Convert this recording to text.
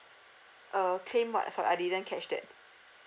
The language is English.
uh claim what sorry I didn't catch that